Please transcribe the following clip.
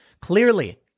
Clearly